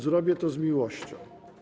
Zrobię to z miłością.